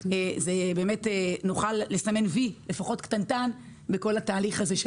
אז נוכל לסמן "וי" לפחות קטנטן בכל התהליך הזה של